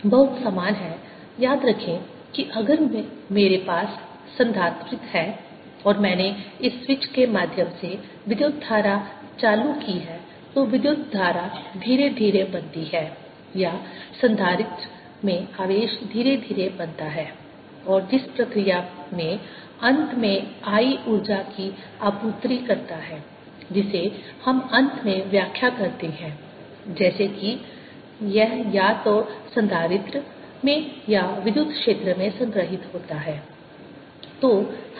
बहुत समान है याद रखें कि अगर मेरे पास संधारित्र है और मैंने एक स्विच के माध्यम से विद्युत धारा चालू की है तो विद्युत धारा धीरे धीरे बनती है या संधारित्र में आवेश धीरे धीरे बनता है और जिस प्रक्रिया में अंत में I ऊर्जा की आपूर्ति करता है जिसे हम अंत में व्याख्या करते हैं जैसे की यह या तो संधारित्र में या विद्युत क्षेत्र में संग्रहीत होता है